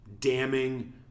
damning